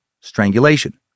strangulation